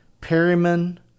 Perryman